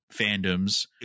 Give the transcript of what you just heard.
fandoms